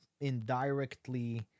indirectly